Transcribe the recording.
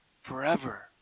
forever